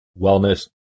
wellness